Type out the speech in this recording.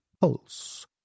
pulse